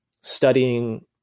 studying